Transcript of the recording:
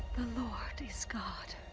the lord is god!